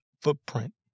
footprint